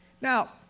Now